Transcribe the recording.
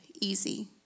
easy